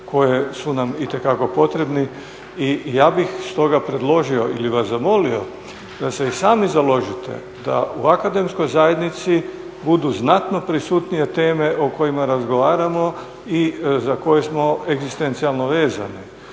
koje su nam itekako potrebi i ja bih stoga predložio ili vas zamolio da se i sami založite da u akademskoj zajednici budu znatno prisutnije teme o kojima razgovaramo i za koje smo egzistencionalno vezani,